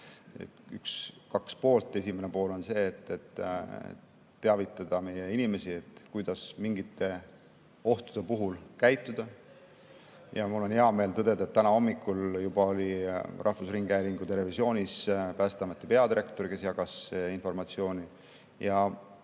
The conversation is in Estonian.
on] kaks poolt. Esimene pool on see, et teavitada inimesi, kuidas mingite ohtude korral käituda. Mul on hea meel tõdeda, et täna hommikul juba oli rahvusringhäälingu televisioonis Päästeameti peadirektor, kes jagas informatsiooni.